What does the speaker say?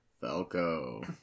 Falco